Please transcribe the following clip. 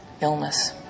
illness